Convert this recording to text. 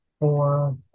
four